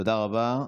תודה רבה.